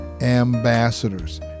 ambassadors